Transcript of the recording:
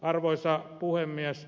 arvoisa puhemies